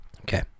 Okay